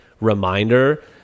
reminder